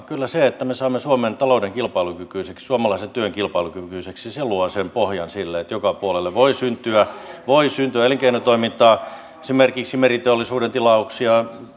kyllä se että me saamme suomen talouden kilpailukykyiseksi suomalaisen työn kilpailukykyiseksi luo sen pohjan sille että joka puolelle voi syntyä voi syntyä elinkeinotoimintaa esimerkiksi meriteollisuuden tilaukset